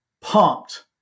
pumped